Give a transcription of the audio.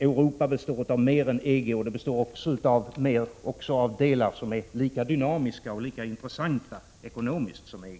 Europa består av mer än EG och också av delar som är lika dynamiska och intressanta ekonomiskt sett som EG.